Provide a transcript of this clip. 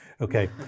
okay